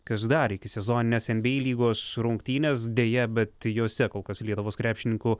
kas dar ikisezoninės nba lygos rungtynės deja bet jose kol kas lietuvos krepšininkų